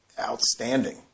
outstanding